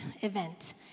event